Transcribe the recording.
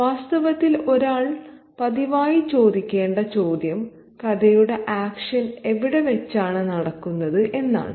വാസ്തവത്തിൽ ഒരാൾ പതിവായി ചോദിക്കേണ്ട ചോദ്യം കഥയുടെ ആക്ഷൻ എവിടെ വെച്ചാണ് നടക്കുന്നത് എന്നതാണ്